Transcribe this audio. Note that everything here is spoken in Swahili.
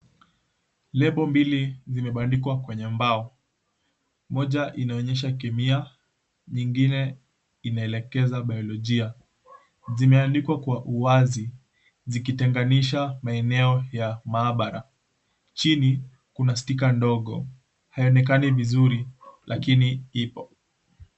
Lebo mbili zimebandikwa kwenye mbao. Moja inaonyesha kemia, nyingine inaelekeza biolojia. Zimeandikwa kwa uwazi zikitenganisha maeneo ya maabara. Chini kuna stika ndogo; haionekani vizuri lakini ipo.